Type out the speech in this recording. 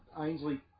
Ainsley